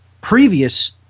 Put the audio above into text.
previous